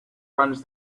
runs